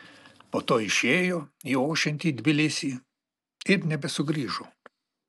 po to išėjo į ošiantį tbilisį ir nebesugrįžo